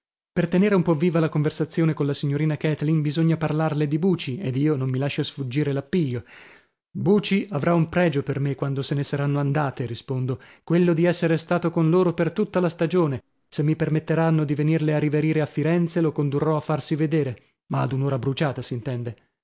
per tenere un po viva la conversazione colla signorina kathleen bisogna parlarle di buci ed io non mi lascio sfuggire l'appiglio buci avrà un pregio per me quando se ne saranno andate rispondo quello di essere stato con loro per tutta la stagione se mi permetteranno di venirle a riverire a firenze lo condurrò a farsi vedere ma ad un'ora bruciata